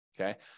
Okay